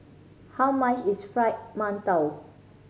how much is Fried Mantou